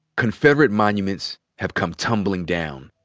confederate monuments have come tumbling down.